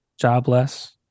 jobless